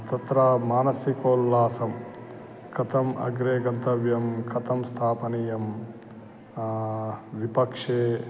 तत्र मानसिकोल्लासं कथम् अग्रे गन्तव्यं कथं स्थापनीयं विपक्षे